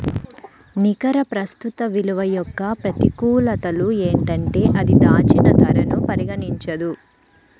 నికర ప్రస్తుత విలువ యొక్క ప్రతికూలతలు ఏంటంటే అది దాచిన ధరను పరిగణించదు